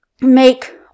make